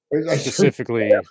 specifically